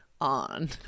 on